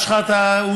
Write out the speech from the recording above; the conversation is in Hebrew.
מתי אתה מקריא.